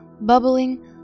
bubbling